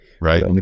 right